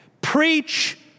Preach